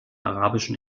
arabischen